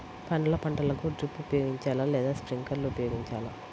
పండ్ల పంటలకు డ్రిప్ ఉపయోగించాలా లేదా స్ప్రింక్లర్ ఉపయోగించాలా?